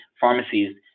pharmacies